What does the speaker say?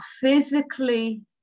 Physically